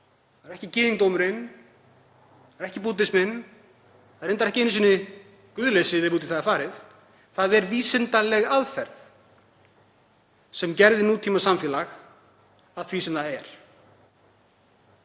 íslam, ekki gyðingdómurinn, það er ekki búddisminn. Það er reyndar ekki einu sinni guðleysið, ef út í það er farið. Það er vísindaleg aðferð sem gerði nútímasamfélag að því sem það er.